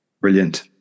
Brilliant